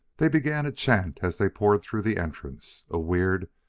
they began a chant as they poured through the entrance, a weird,